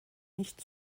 nicht